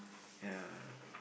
yeah